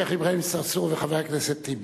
שיח' אברהים צרצור וחבר הכנסת טיבי,